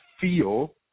feel